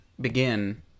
begin